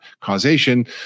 causation